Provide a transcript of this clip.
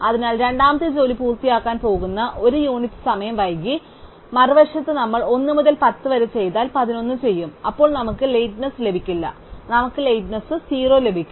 അതിനാൽ രണ്ടാമത്തെ ജോലി പൂർത്തിയാക്കാൻ പോകുന്നു 1 യൂണിറ്റ് സമയം വൈകി മറുവശത്ത് നമ്മൾ 1 മുതൽ 10 വരെ ചെയ്താൽ 11 ചെയ്യും അപ്പോൾ നമുക്ക് ലേറ്റ്നെസ് ലഭിക്കില്ല നമുക്ക് ലേറ്റ്നെസ് 0 ലഭിക്കും